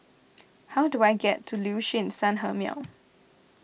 how do I get to Liuxun Sanhemiao